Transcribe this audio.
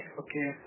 okay